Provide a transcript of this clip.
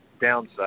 downside